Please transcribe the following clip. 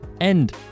end